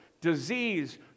disease